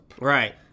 Right